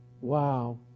Wow